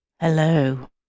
Hello